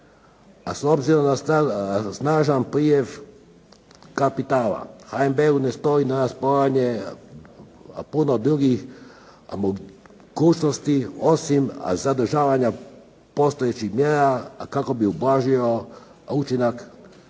S obzirom na snažan priljev kapitala, HNB-u ne stoji na raspolaganju puno drugih mogućnosti osim zadržavanja postojećih mjera kako bi ublažio učinak kapitalnih